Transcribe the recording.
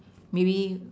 maybe